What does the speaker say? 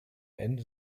ende